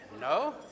No